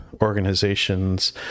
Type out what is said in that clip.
organizations